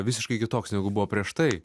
visiškai kitoks negu buvo prieš tai